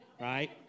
Right